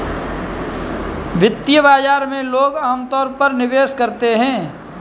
वित्तीय बाजार में लोग अमतौर पर निवेश करते हैं